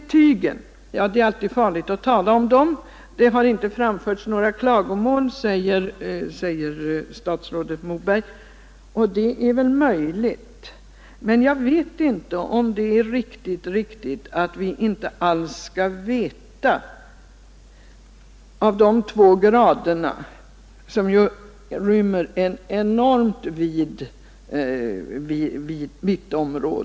Betygen är det alltid farligt att tala om. Det har inte framförts några klagomål, säger statsrådet Moberg. Det är möjligt, men jag är inte säker på att det är riktigt att vi inte skall veta hur en lärare är skickad att handskas med eleverna.